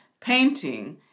painting